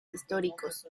históricos